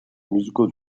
musical